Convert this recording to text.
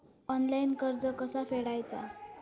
Online कर्ज कसा फेडायचा?